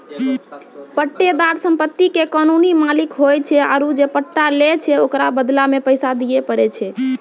पट्टेदार सम्पति के कानूनी मालिक होय छै आरु जे पट्टा लै छै ओकरो बदला मे पैसा दिये पड़ै छै